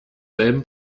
selben